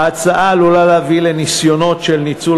ההצעה עלולה להביא לניסיונות של ניצול